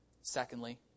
Secondly